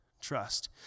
trust